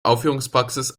aufführungspraxis